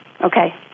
Okay